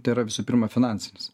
tai yra visų pirma finansinis